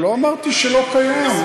אני לא אמרתי שלא קיים.